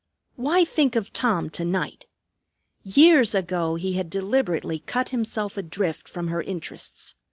why think of tom to-night? years ago he had deliberately cut himself adrift from her interests.